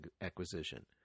acquisition